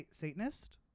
Satanist